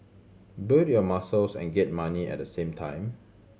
build your muscles and get money at the same time